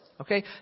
Okay